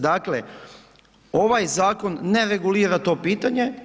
Dakle, ovaj zakon ne regulira to pitanje.